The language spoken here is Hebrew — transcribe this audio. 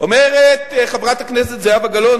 אומרת חברת הכנסת זהבה גלאון,